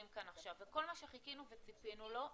כאן עכשיו וכל מה שחיכינו וציפינו לו,